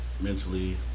mentally